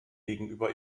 gegenüber